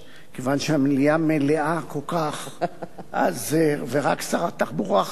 כיוון שהמליאה מלאה כל כך ורק שר התחבורה חסר,